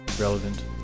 relevant